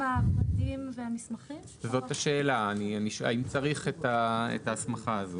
נשאל את משרד התחבורה אם הוא ערוך לקביעת ההוראות